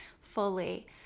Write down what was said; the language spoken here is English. fully